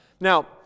Now